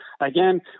Again